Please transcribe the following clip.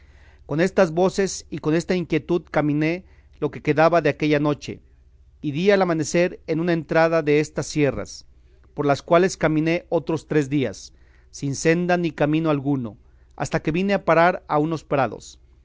con estas voces y con esta inquietud caminé lo que quedaba de aquella noche y di al amanecer en una entrada destas sierras por las cuales caminé otros tres días sin senda ni camino alguno hasta que vine a parar a unos prados